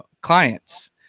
clients